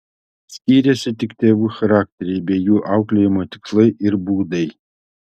skyrėsi tik tėvų charakteriai bei jų auklėjimo tikslai ir būdai